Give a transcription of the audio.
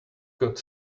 got